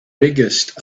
biggest